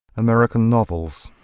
american novels.